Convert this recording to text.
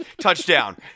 touchdown